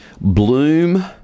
Bloom